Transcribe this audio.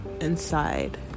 inside